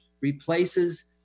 replaces